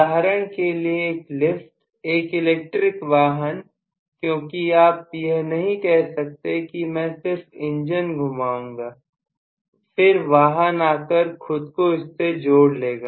उदाहरण के लिए एक लिफ्ट लिफ्ट एक इलेक्ट्रिक वाहन क्योंकि आप यह नहीं कह सकते कि मैं सिर्फ इंजन घुमाऊंगा फिर वाहन आकर खुद को इससे जोड़ लेगा